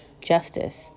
justice